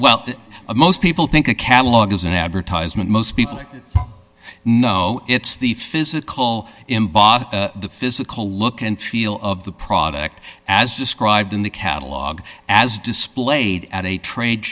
well most people think a catalog is an advertisement most people know it's the physical the physical look and feel of the product as described in the catalog as displayed at a trade